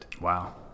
Wow